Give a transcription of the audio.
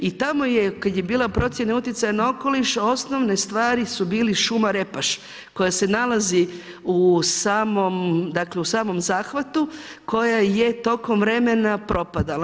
I tamo je kad je bila procjena utjecaja na okoliš osnovne stvari su bili šuma Repaš koja se nalazi u samom, dakle u samom zahvatu koja je tokom vremena propadala.